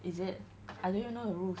is it I didn't even know the rules